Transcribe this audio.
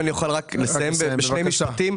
אז אולי אם אפשר לסיים בשני משפטים.